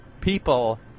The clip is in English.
people